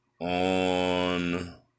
on